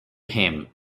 him